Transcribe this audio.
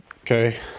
Okay